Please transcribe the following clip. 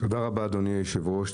תודה רבה אדוני היושב-ראש,